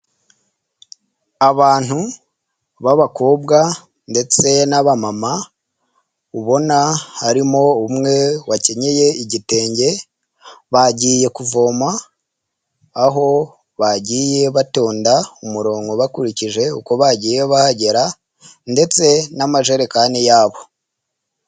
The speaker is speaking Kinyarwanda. Abantu b'abakobwa ndetse n'abamama ubona harimo umwe wakenyeye igitenge , bagiye kuvoma aho bagiye batonda umurongo bakurikije uko bagiyeyo bahagera ndetse n'amajerekani yabo.